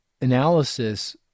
analysis